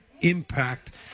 impact